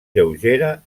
lleugera